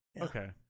Okay